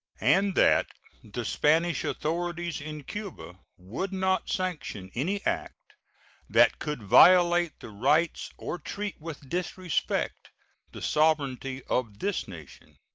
and that the spanish authorities in cuba would not sanction any act that could violate the rights or treat with disrespect the sovereignty of this nation.